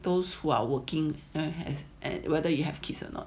those who are working as and whether you have kids or not